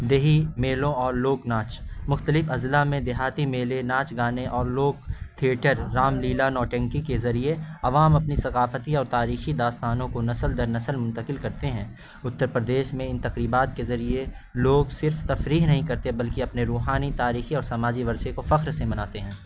دیہی میلوں اور لوک ناچ مختلف اضلاع میں دیہاتی میلے ناچ گانے اور لوک تھیئیٹر رام لیلا نوٹنکی کے ذریعے عوام اپنی ثقافتی اور تاریخی داستانوں کو نسل در نسل منتقل کرتے ہیں اتر پردیش میں ان تقریبات کے ذریعے لوگ صرف تفریح نہیں کرتے بلکہ اپنے روحانی تاریخی اور سماجی ورثے کو فخر سے مناتے ہیں